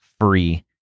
free